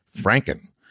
franken